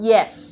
Yes